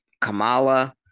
Kamala